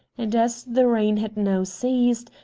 and, as the rain had now ceased,